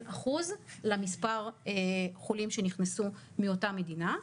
אחוז למספר חולים שנכנסו מאותה מדינה,